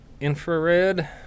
Infrared